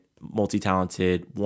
multi-talented